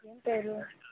ఏం పేరు